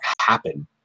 happen